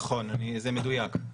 נכון, זה מדויק.